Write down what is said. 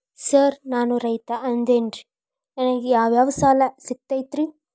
Sir ನಾನು ರೈತ ಅದೆನ್ರಿ ನನಗ ಯಾವ್ ಯಾವ್ ಸಾಲಾ ಸಿಗ್ತೈತ್ರಿ?